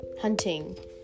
hunting